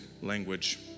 language